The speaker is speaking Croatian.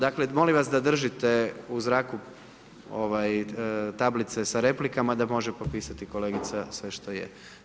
Dakle, molim vas da držite u zraku tablice sa replikama da može popisati kolegica sve što je.